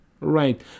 right